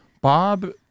Bob